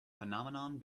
phenomenon